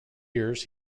years